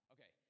Okay